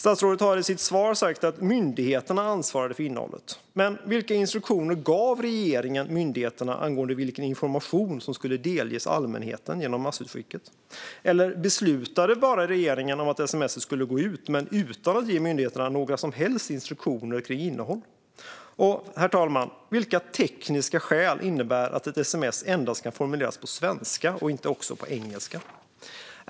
Statsrådet har i sitt svar sagt att myndigheterna ansvarade för innehållet, men vilka instruktioner gav regeringen myndigheterna angående vilken information som skulle delges allmänheten genom massutskicket? Eller regeringen kanske bara beslutade att sms:et skulle gå ut utan att ge myndigheterna några som helst instruktioner om innehållet? Och, herr talman, vilka tekniska skäl innebär att ett sms endast kan formuleras på svenska och inte också på engelska?